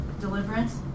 Deliverance